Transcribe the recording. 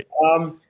right